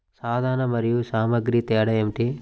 సాధనాలు మరియు సామాగ్రికి తేడా ఏమిటి?